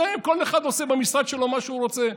זה כל אחד עושה במשרד שלו מה שהוא רוצה.